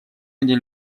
где